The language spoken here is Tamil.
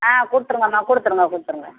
ஆ கொடுத்துடுங்கம்மா கொடுத்துடுங்க கொடுத்துடுங்க